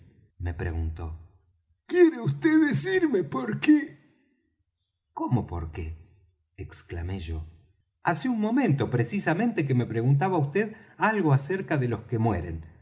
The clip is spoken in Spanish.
me preguntó quiere vd decirme por qué cómo por qué exclamé yo hace un momento precisamente que me preguntaba vd algo acerca de los que mueren